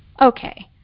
okay